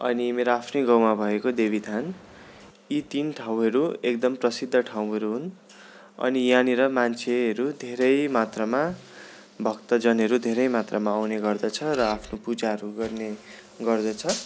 अनि मेरो आफ्नै गाउँमा भएको देवीथान यी तिन ठाउँहरू एकदम प्रसिद्ध ठाउँहरू हुन् अनि यहाँनिर मान्छेहरू धेरै मात्रामा भक्तजनहरू धेरै मात्रामा आउने गर्दछ र आफ्नो पूजाहरू गर्ने गर्दछ